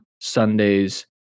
Sundays